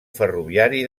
ferroviari